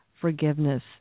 forgiveness